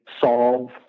solve